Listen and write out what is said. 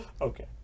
Okay